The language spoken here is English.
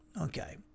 okay